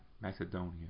Macedonia